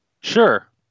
Sure